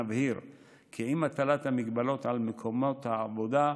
נבהיר כי עם הטלת המגבלות על מקומות העבודה,